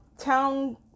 town